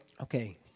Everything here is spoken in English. Okay